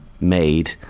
made